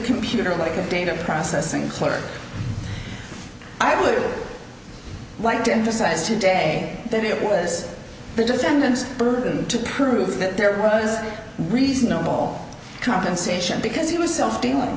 computer like a data processing clerk i would like to emphasize today that it was the defendant's burden to prove that there was reasonable compensation because he was self dealing